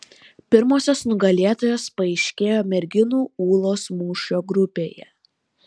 pirmosios nugalėtojos paaiškėjo merginų ūlos mūšio grupėje